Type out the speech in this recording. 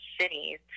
cities